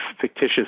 fictitious